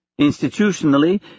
Institutionally